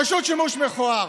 פשוט שימוש מכוער.